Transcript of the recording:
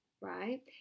right